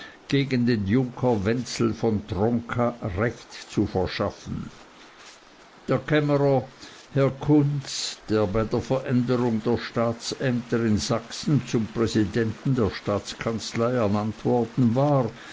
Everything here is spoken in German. gegen den junker wenzel von tronka recht zu verschaffen der kämmerer herr kunz der bei der veränderung der staatsämter in sachsen zum präsidenten der staatskanzlei ernannt worden war